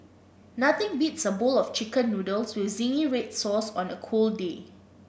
nothing beats a bowl of chicken noodles with zingy red sauce on a cold day